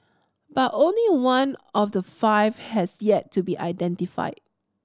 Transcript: but only one of the five has yet to be identified